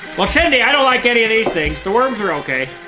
well cindy, i don't like any of these things. the worms are okay.